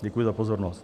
Děkuji za pozornost.